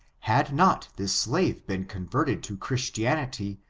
had not this slave been converted to christianity,